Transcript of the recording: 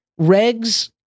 regs